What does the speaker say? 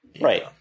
Right